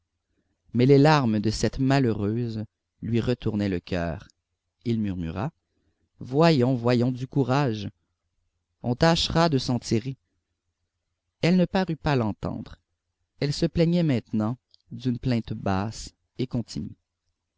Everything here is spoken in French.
mais les larmes de cette malheureuse lui retournaient le coeur il murmura voyons voyons du courage on tâchera de s'en tirer elle ne parut pas l'entendre elle se plaignait maintenant d'une plainte basse et continue